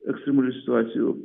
ekstremalių situacijų